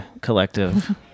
collective